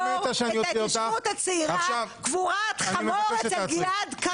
את ההתיישבות הצעירה קבורת חמור אצל גלעד קריב.